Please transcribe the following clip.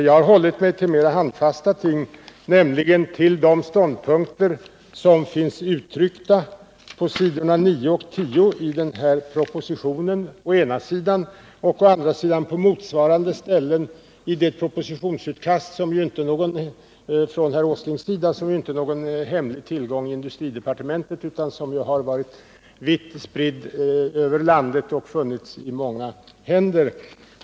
Jag har hållit mig till mera handfasta ting, nämligen till de ståndpunkter som finns uttryckta på s. 9-10 i propositionen och på motsvarande ställen i det propositionsutkast från herr Åsling som inte är någon hemlig tillgång i industridepartementet utan som har varit spritt ut över landet och som funnits i många händer.